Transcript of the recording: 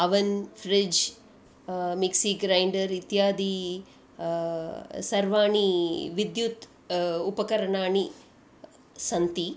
oven fridge mixie grinder इत्यादि सर्वाणि विद्युत् उपकरणानि सन्ति